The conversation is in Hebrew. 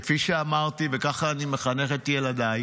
כפי שאמרתי, וכך אני מחנך את ילדיי: